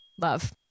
Love